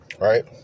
right